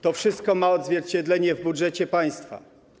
To wszystko ma odzwierciedlenie w budżecie państwa.